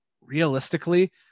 realistically